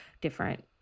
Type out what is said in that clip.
different